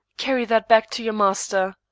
carry that back to your master.